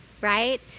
right